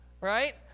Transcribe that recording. right